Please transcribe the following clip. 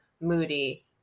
moody